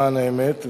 למען האמת,